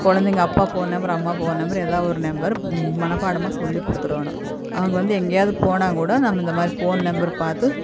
குழந்தைங்க அப்பா phone number அம்மா போன் நம்பர் எதா ஒரு நம்பர் மனப்பாடமாக சொல்லிக் கொடுத்துடுடோணும் அவங்க வந்து எங்கேயாவுது போனா கூட நம்ம இந்தமாதிரி போன் நம்பர் பார்த்து